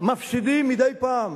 מפסידים מדי פעם,